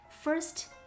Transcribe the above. first